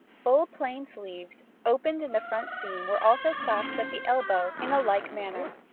full plain sleeves, opened in the front seam, were also clasped at the elbow in a like manner.